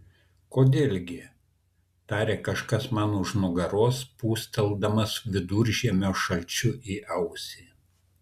kodėl gi tarė kažkas man už nugaros pūsteldamas viduržiemio šalčiu į ausį